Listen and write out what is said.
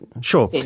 sure